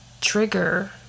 trigger